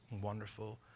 wonderful